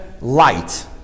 light